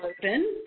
open